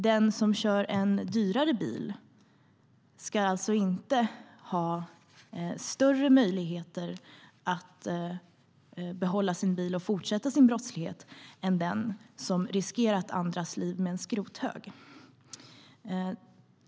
Den som kör en dyrare bil ska alltså inte ha större möjligheter att behålla sin bil och fortsätta med sin brottslighet än den som har riskerat andras liv med en skrothög.